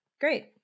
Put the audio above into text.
great